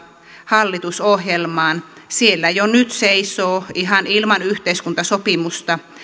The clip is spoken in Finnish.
hallitusohjelmaan siellä jo nyt seisoo ihan ilman yhteiskuntasopimusta